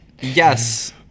yes